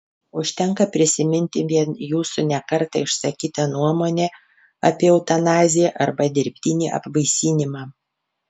užtenka prisiminti vien jūsų ne kartą išsakytą nuomonę apie eutanaziją arba dirbtinį apvaisinimą